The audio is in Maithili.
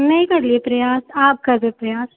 नहि केलिय प्रयास आब करबै प्रयास